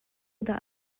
dah